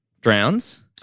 drowns